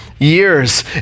years